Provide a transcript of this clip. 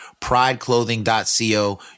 prideclothing.co